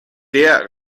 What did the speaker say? der